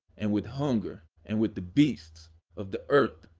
and with hunger, and with the beasts of the earth.